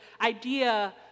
idea